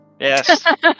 Yes